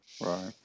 right